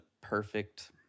perfect